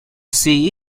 see